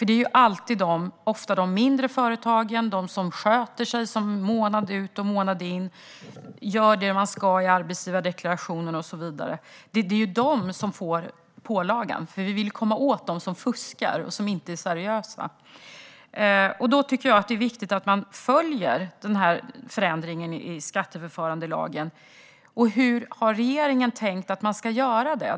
Det är ofta de mindre företagen, de som sköter sig och som månad ut och månad in gör det som de ska i arbetsgivardeklarationen och så vidare, som får pålagan. Vi vill komma åt dem som fuskar och som inte är seriösa. Jag tycker att det är viktigt att man följer denna förändring i skatteförfarandelagen. Hur har regeringen tänkt att man ska göra det?